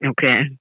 Okay